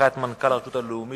(15 ביולי